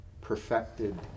perfected